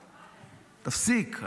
תפסיק.